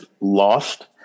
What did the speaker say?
lost